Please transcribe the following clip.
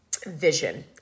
vision